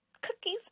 cookies